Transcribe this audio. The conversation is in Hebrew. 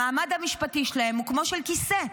המעמד המשפטי שלהם הוא כמו של כיסא.